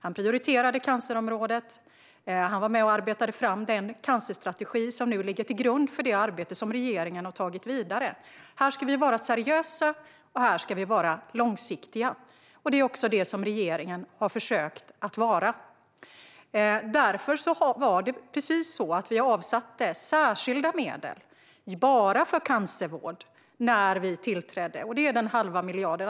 Han prioriterade cancerområdet. Han var med och arbetade fram den cancerstrategi som ligger till grund för det arbete som regeringen nu har tagit vidare. Här ska vi vara seriösa och långsiktiga. Det är också det som regeringen har försökt vara. Därför avsatte vi särskilda medel för cancervård när vi tillträdde, den halva miljarden.